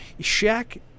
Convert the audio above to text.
Shaq